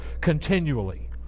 continually